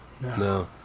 No